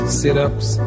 sit-ups